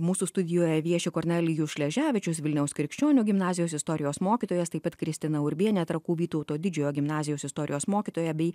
mūsų studijoje vieši kornelijus šleževičius vilniaus krikščionių gimnazijos istorijos mokytojas taip pat kristina urbienė trakų vytauto didžiojo gimnazijos istorijos mokytoja bei